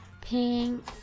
Pink